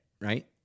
right